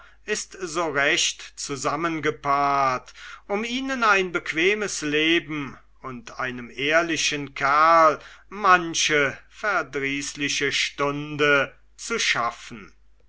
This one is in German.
ist so recht zusammengepaart um ihnen ein bequemes leben und einem ehrlichen kerl manche verdrießliche stunde zu schaffen